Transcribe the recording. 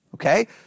Okay